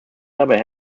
dabei